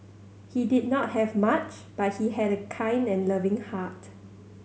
he did not have much but he had a kind and loving heart